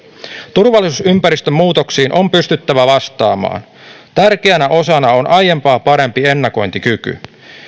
turvallisuusympäristön muutoksiin on pystyttävä vastaamaan tärkeänä osana on aiempaa parempi ennakointikyky